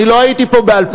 אני לא הייתי פה ב-2011.